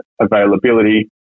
availability